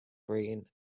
green